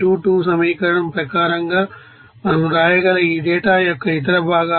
22 సమీకరణం ప్రకారం గా మనం రాయగల ఈ డేటా యొక్క ఇతర భాగాలు